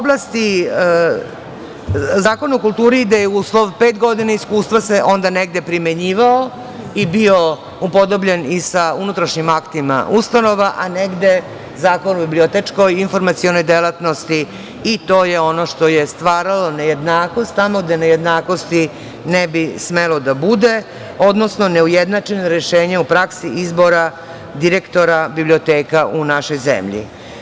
Zakon o kulturi gde je uslov pet godina iskustva se onda negde primenjivao i bio upodobljen i sa unutrašnjim aktima ustanova, a negde Zakon o bibliotečko- informacionoj delatnosti i to je ono što je stvaralo nejednakost, a tamo gde nejednakosti ne bi smelo da bude, odnosno neujednačeno rešenje u praksi izbora direktora biblioteka u našoj zemlji.